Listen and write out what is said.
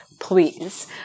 please